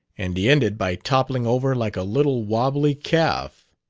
and he ended by toppling over like a little wobbly calf.